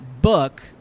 book